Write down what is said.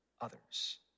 others